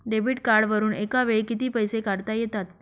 Debit कार्डवरुन एका वेळी किती पैसे काढता येतात?